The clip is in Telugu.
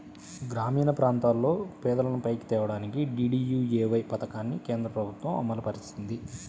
గ్రామీణప్రాంతాల్లో పేదలను పైకి తేడానికి డీడీయూఏవై పథకాన్ని కేంద్రప్రభుత్వం అమలుపరిచింది